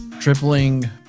Tripling